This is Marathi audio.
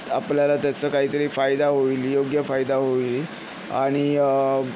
आपल्याला त्याचा काहीतरी फायदा होईल योग्य फायदा होईल आणि